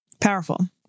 Powerful